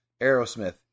Aerosmith